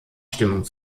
stimmung